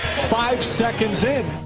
five seconds in.